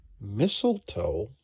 Mistletoe